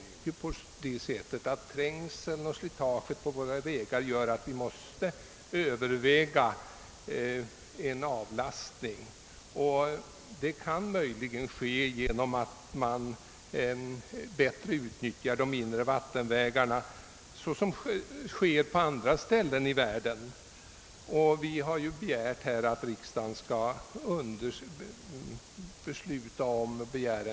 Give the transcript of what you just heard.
Trängseln och slitaget på vägarna gör att vi måste överväga en avlastning. En sådan kan möjligen åstadkommas genom att de mindre vattenvägarna bättre utnyttjas, såsom sker på andra ställen i världen. Vi har hemställt att riksdagen skall begära en utredning av denna fråga.